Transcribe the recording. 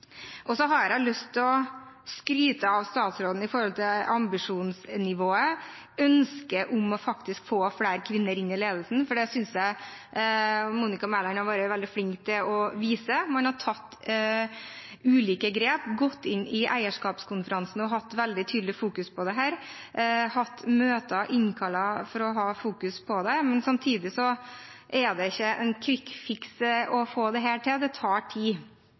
for det synes jeg Monica Mæland har vært veldig flink til å vise. Man har tatt ulike grep, gått inn i eierskapskonferansen og hatt veldig tydelig fokus på dette, og man har hatt møter og innkalt for å ha fokus på det. Men samtidig er det ikke en «quick fix» å få dette til, det tar tid.